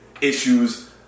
issues